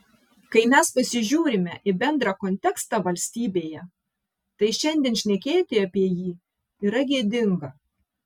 kai mes pasižiūrime į bendrą kontekstą valstybėje tai šiandien šnekėti apie jį yra gėdinga